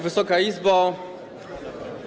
Wysoka Izbo!